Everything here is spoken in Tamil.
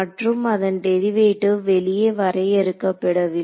மற்றும் அதன் டெரிவேட்டிவ் வெளியே வரையறுக்கப்படவில்லை